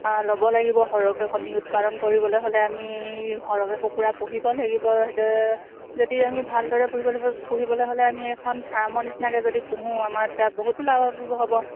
ল'ব লাগিব সৰহকৈ কণী উৎপাদন কৰিবলৈ হ'লে আমি সৰহকৈ কুকুৰা পুহিব লাগিব সেইদৰে যদি আমি ভালদৰে পুহিব লাগিব পুহিবলৈ হ'লে আমি এখন ফাৰ্মৰ নিচিনাকৈ যদি পোহোঁ আমাৰ এতিয়া বহুতো লাভ হ'ব